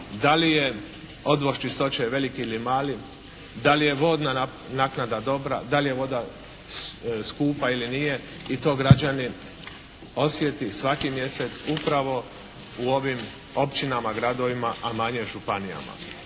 da li je odvoz čistoće veliki ili mali, da li je vodna naknada dobra, da li je voda skupa ili nije? I to građani osjete svaki mjesec upravo u ovim općinama, gradovima a manje županijama.